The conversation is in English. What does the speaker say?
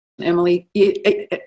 Emily